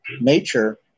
nature